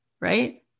right